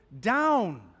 down